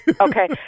Okay